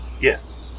Yes